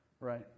Right